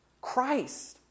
Christ